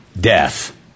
Death